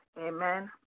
Amen